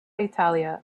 italia